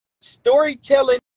Storytelling